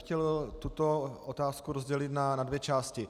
Chtěl bych tuto otázku rozdělit na dvě části.